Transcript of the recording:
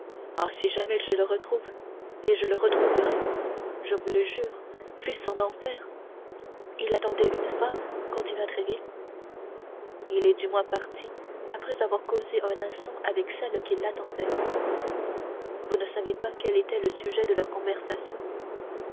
ah si jamais je le retrouve et je le retrouverai je vous le jure fût-ce en enfer il attendait une femme continua tréville il est du moins parti après avoir causé un instant avec celle qu'il attendait vous ne savez pas quel était le sujet de leur conversation